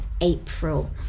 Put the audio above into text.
April